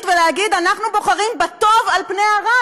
ולהגיד: אנחנו בוחרים בטוב על פני הרע.